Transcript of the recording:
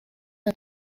are